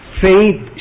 faith